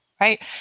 right